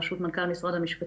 ברשות משרד המשפטים,